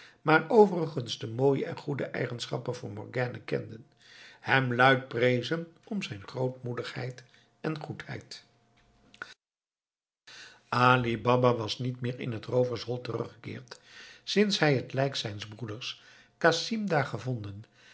maar overigens de mooie en goede eigenschappen van morgiane kenden hem luid prezen om zijn grootmoedigheid en goedheid ali baba was niet meer in t roovershol teruggekeerd sinds hij het lijk zijns broeders casim daar gevonden